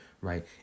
right